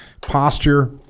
posture